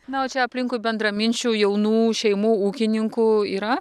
na o čia aplinkui bendraminčių jaunų šeimų ūkininkų yra